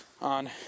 on